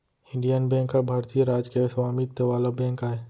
Indian bank ह भारतीय राज के स्वामित्व वाला बेंक आय